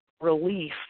relief